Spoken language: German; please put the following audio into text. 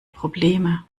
probleme